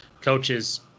coaches